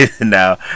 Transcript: Now